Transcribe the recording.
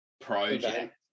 project